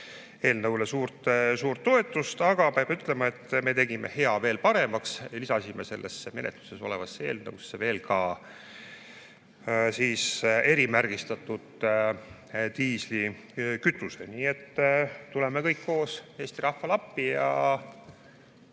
suurt suurt toetust. Aga peab ütlema, et me tegime hea veel paremaks, lisasime menetluses olevasse eelnõusse veel erimärgistatud diislikütuse. Nii et tuleme kõik koos Eesti rahvale appi ja